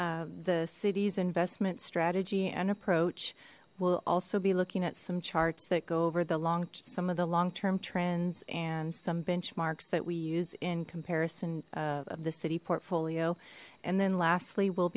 s the city's investment strategy and approach we'll also be looking at some charts that go over the long to some of the long term trends and some benchmarks that we use in comparison of the city portfolio and then